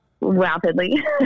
rapidly